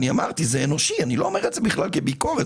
אני לא אומר את זה בכלל כביקורת,